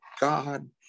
God